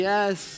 Yes